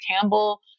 Campbell